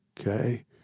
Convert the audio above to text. Okay